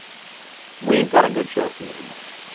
we've got a good show for you tonight.